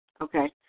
Okay